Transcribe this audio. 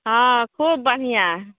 हँ खूब बढ़ियाँ